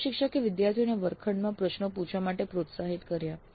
પ્રશિક્ષકે વિદ્યાર્થીઓને વર્ગખંડમાં પ્રશ્નો પૂછવા માટે પ્રોત્સાહિત કર્યા